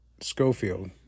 Schofield